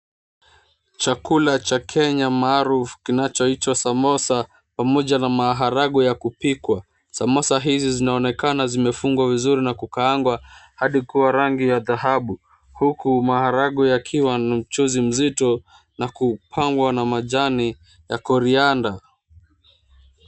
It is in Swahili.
Chakula cha Kenya maaruf kinachoitwa samosa pamoja na maharagwe ya kupikwa. Samosa hizi zinaonekana zimefungwa vizuri na kukaangwa hadi kuwa rangi ya dhahabu. Huku maaragwe yakiwa na mchuuzi mzito na kupambwa na majani ya corriander .